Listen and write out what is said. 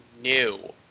new